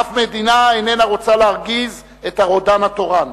אף מדינה איננה רוצה להרגיז את הרודן התורן,